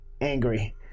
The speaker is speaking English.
angry